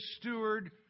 steward